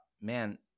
man